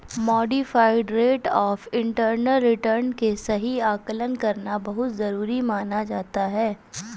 modified rate of internal return के सही आकलन करना बहुत जरुरी माना जाता है